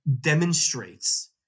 demonstrates